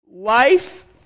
Life